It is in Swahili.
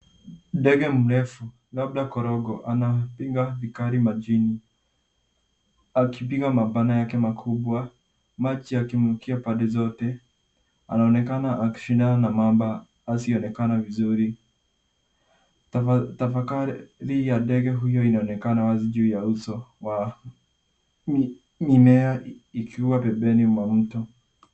Ndege mrefu labda korongo anapiga vikali majini. Akipiga mabawa yake makubwa, maji yakimrukia pande zote, anaonekana akishindana na mamba asiyeonekana vizuri. Tafakari ya ndege huyo inaonekana wazi juu ya uso wa mimea ikiwa pembeni mwa mto.